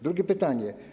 Drugie pytanie.